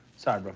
sorry, bro.